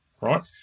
right